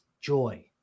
joy